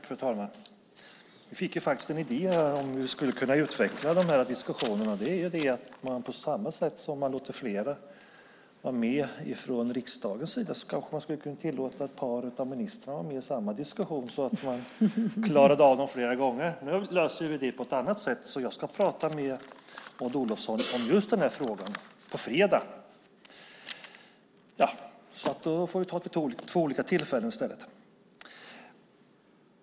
Fru talman! Jag fick en idé om hur vi skulle kunna utveckla de här diskussionerna. Det är att man på samma sätt som man låter fler från riksdagens sida vara med kanske skulle tillåta ett par av ministrarna att vara med i samma diskussion, så att man klarade av flera på en gång. Nu löser vi det på ett annat sätt, och jag ska prata med Maud Olofsson om just den här frågan på fredag. Vi får alltså ta det vid två olika tillfällen i stället.